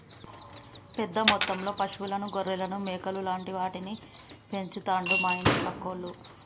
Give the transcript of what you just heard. పెద్ద మొత్తంలో పశువులను గొర్రెలను మేకలు లాంటి వాటిని పెంచుతండు మా ఇంటి పక్కోళ్లు